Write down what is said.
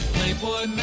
Playboy